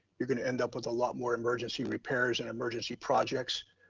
you're gonna end up with a lot more emergency repairs and emergency projects.